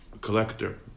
Collector